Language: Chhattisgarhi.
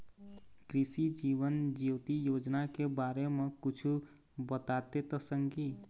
कृसि जीवन ज्योति योजना के बारे म कुछु बताते संगी